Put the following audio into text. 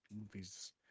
movies